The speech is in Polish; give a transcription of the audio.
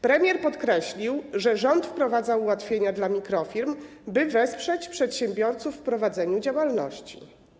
Premier podkreślił, że rząd wprowadza ułatwienia dla mikrofirm, by wesprzeć przedsiębiorców w prowadzeniu działalności.